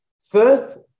First